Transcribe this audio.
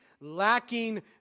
lacking